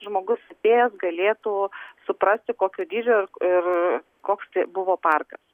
žmogus atėjęs galėtų suprasti kokio dydžio ir ir koks tai buvo parkas